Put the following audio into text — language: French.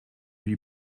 lui